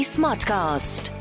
Smartcast